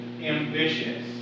ambitious